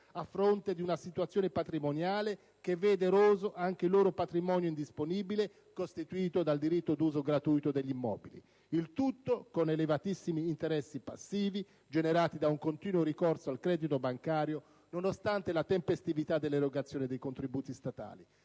a fronte di una situazione patrimoniale che vede eroso anche il loro patrimonio indisponibile, costituito dal diritto d'uso gratuito degli immobili. Il tutto con elevatissimi interessi passivi generati da un continuo ricorso al credito bancario, nonostante la tempestività dell'erogazione di contributi statali;